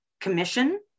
commission